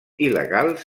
il·legals